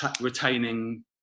retaining